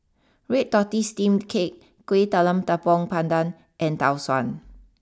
Red Tortoise Steamed Cake Kueh Talam Tepong Pandan and Tau Suan